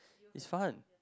it's fun